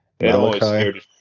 Malachi